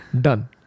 Done